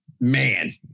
man